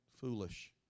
Foolish